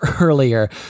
earlier